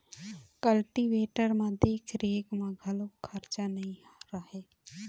cultivator म देख रेख म घलोक खरचा नइ रहय